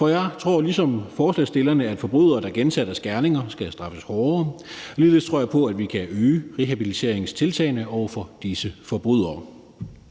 Jeg tror ligesom forslagsstillerne, at forbrydere, der gentager deres gerninger, skal straffes hårdere. Ligeledes tror jeg på, at vi kan øge rehabiliteringstiltagene over for disse forbrydere.